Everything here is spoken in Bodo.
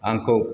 आंखौ